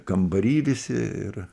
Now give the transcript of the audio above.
kambary visi ir